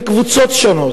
כקבוצות שונות,